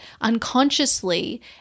unconsciously